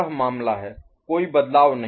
तो यह मामला है कोई बदलाव नहीं